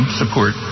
support